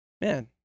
man